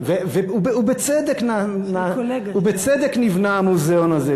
ובצדק נבנה המוזיאון הזה,